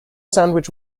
sandwich